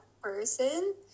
person